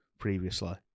previously